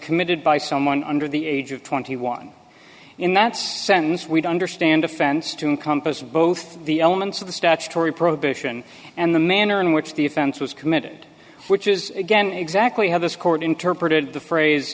committed by someone under the age of twenty one in that's sends we don't understand offense to encompass both the elements of the statutory prohibition and the manner in which the offense was committed which is again exactly how this court interpreted the phrase